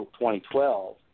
2012